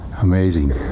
Amazing